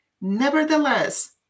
nevertheless